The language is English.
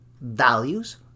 values